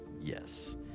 yes